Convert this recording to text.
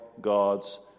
God's